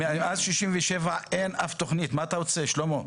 מאז 1967 אין אף תוכנית, מה אתה רוצה, שלמה?